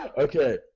Okay